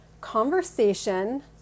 conversation